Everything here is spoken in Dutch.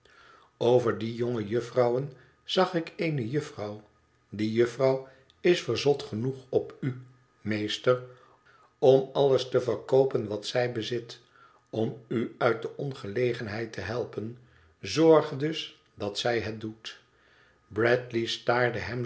over die jonge juffrouwen zag ik eene juffrouw die jufifrouw is verzot genoeg op u meester om alles te verkoopen wat zij bezit om u uit de ongelegenheid te helpen zorg dus dat zij het doet bradley staarde